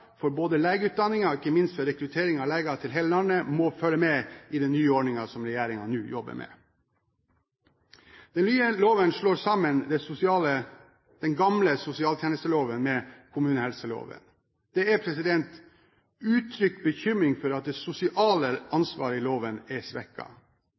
for både legeutdanningen og ikke minst for rekruttering av leger til hele landet, må følge med i den nye ordningen som regjeringen nå jobber med. Den nye loven slår sammen den gamle sosialtjenesteloven med kommunehelseloven. Det er uttrykt bekymring for at det sosiale